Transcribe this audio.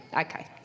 Okay